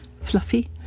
fluffy